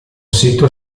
sito